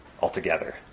altogether